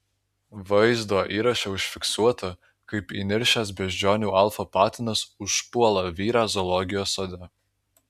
vaizdo įraše užfiksuota kaip įniršęs beždžionių alfa patinas užpuola vyrą zoologijos sode